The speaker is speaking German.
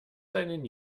seinen